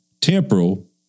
temporal